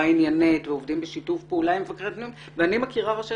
עניינית ועובדים בשיתוף פעולה עם מבקר הפנים ואני מכירה ראשי